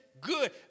good